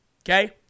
okay